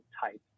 type